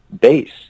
base